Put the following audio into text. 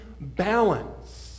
balance